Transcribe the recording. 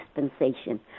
dispensation